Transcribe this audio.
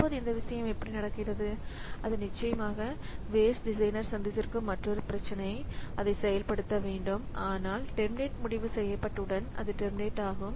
இப்போது இந்த விஷயம் எப்படி நடக்கிறது அது நிச்சயமாக வேஸ்ட் டிசைனர் சந்திக்கும் மற்றொரு பிரச்சினை அதை செயல்படுத்த வேண்டும் ஆனால் டெர்மினேட் முடிவு செய்யப்பட்டவுடன் அது டெர்மினேட் ஆகும்